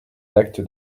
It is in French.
l’acte